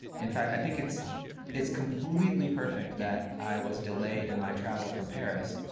in fact, i think it's it's completely perfect that i was delayed in my travel from paris,